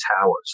towers